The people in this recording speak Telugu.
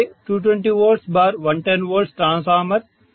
2kVA 220V110V transformer